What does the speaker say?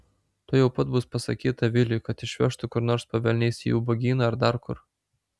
tuojau pat bus pasakyta viliui kad išvežtų kur nors po velniais į ubagyną ar dar kur